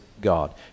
God